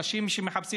האנשים שמחפשים,